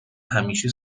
همیشه